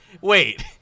Wait